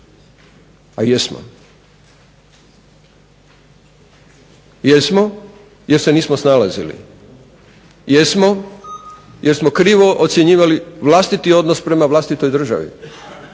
a jesmo. Jesmo jer se nismo snalazili, jesmo jer smo krivo ocjenjivali vlastiti odnos prema vlastitoj državi,